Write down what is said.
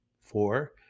four